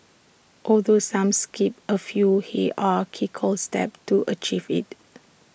although some skipped A few hierarchical steps to achieve IT